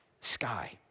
sky